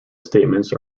statements